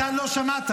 מתן, לא שמעת.